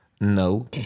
No